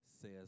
says